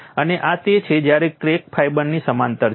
અને આ તે છે જ્યારે ક્રેક ફાઇબરની સમાંતર હોય છે